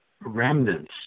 remnants